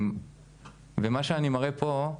מה שאני מראה פה,